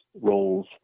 roles